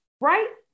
right